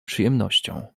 przyjemnością